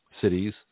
cities